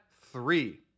three